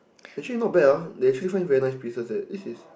actually not bad ah they actually find very nice pieces eh this is